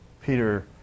Peter